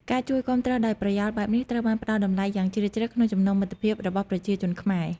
ការជួយគាំទ្រដោយប្រយោលបែបនេះ ត្រូវបានផ្ដល់តម្លៃយ៉ាងជ្រាលជ្រៅក្នុងចំណងមិត្តភាពរបស់ប្រជាជនខ្មែរ។